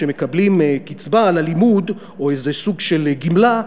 שמקבלים קצבה על הלימוד או איזה סוג של גמלה,